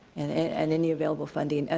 and any available funding.